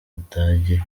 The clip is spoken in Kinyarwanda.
budage